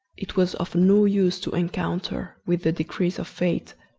it was of no use to encounter with the decrees of fate,